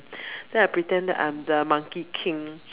then I pretend that I'm the monkey King